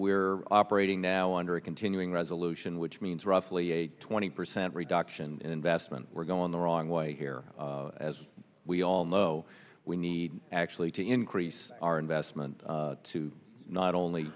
we're operating now under a continuing resolution which means roughly a twenty percent reduction in vestment we're going the wrong way here as we all know we need actually to increase our investment to not only